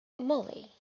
Molly